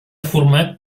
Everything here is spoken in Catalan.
format